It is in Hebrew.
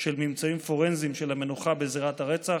של ממצאים פורנזיים של המנוחה בזירת הרצח.